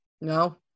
No